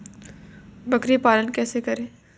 बकरी पालन कैसे करें?